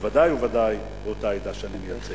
בוודאי ובוודאי באותה עדה שאני מייצג.